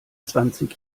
zwanzig